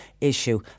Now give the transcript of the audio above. issue